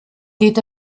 geht